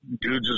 dudes